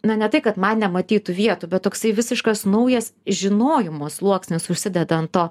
na ne tai kad man nematytų vietų bet toksai visiškas naujas žinojimo sluoksnis užsideda ant to